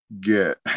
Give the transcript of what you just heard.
get